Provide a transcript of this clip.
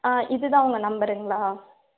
ஆ இதுதான் உங்க நம்பருங்களா